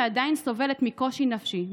שעדיין סובלת מקושי נפשי,